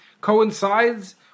coincides